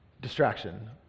Distraction